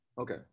Okay